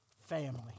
family